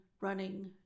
running